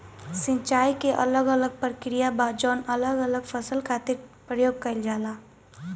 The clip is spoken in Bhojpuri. सिंचाई के अलग अलग प्रक्रिया बा जवन अलग अलग फसल खातिर प्रयोग कईल जाला